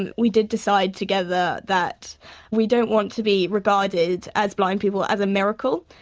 and we did decide together that we don't want to be regarded as blind people as a miracle,